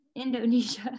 Indonesia